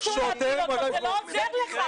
זה לא עוזר לך.